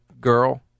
girl